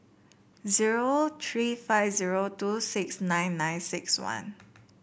zero three five zero two six nine nine six one